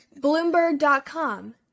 Bloomberg.com